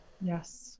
Yes